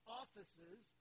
offices